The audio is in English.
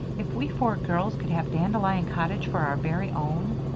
if we four girls could have dandelion cottage for our very own?